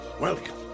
welcome